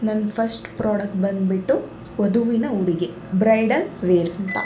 ನನ್ನದು first product ಬಂದುಬಿಟ್ಟು ವಧುವಿನ ಉಡುಗೆ ಬ್ರೈಡಲ್ ವೇರ್ ಅಂತ